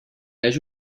hagi